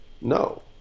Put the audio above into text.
No